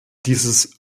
dieses